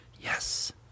Yes